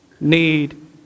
need